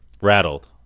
rattled